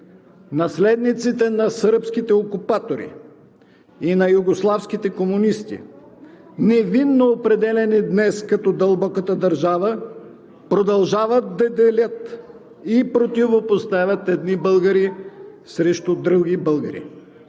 Наследниците на сръбските окупатори и на югославските комунисти, невинно определяни днес като „дълбоката държава“, продължават да делят и противопоставят едни българи срещу други българи.